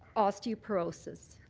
osteoporosis.